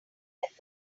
method